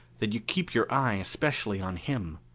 that you keep your eye especially on him.